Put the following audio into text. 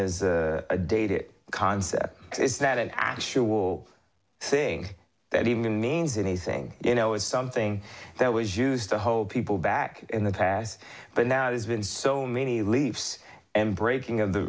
is a dated concept is that an actual thing that even means anything you know is something that was used to hold people back in the past but now there's been so many leaves and breaking